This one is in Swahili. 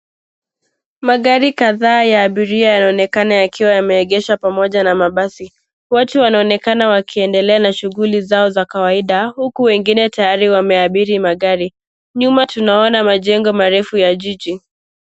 Magari kadhaa ya abiria yanaonekana yakiwa yameegeshwa pamoja na mabasi. Watu wanaonekana wakiendelea na shughuli zao za kawaida huku wengine tayari wameabiri magari. Nyuma tunaona majengo marefu ya jiji.